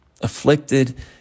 Afflicted